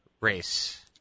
race